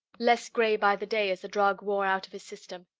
less gray by the day as the drug wore out of his system.